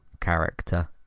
character